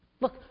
Look